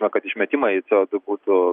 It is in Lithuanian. na kad išmetimai co du būtų